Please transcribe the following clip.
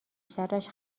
شرش